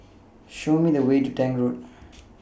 Show Me The Way to Tank Road